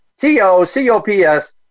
T-O-C-O-P-S